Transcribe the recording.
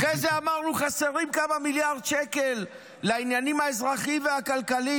אחרי זה אמרנו: חסרים כמה מיליארד שקל לעניינים האזרחיים והכלכליים.